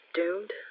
doomed